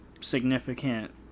significant